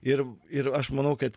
ir ir aš manau kad